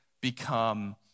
become